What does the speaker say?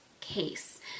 case